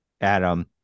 Adam